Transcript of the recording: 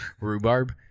Rhubarb